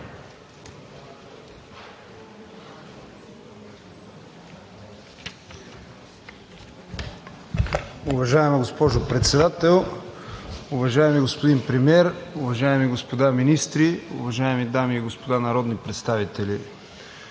Уважаема госпожо Председател, уважаеми господин Премиер, уважаеми господа министри, уважаеми дами и господа народни представители!